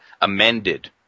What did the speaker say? amended